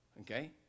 Okay